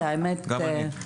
גם אני.